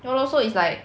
ya lor so it's like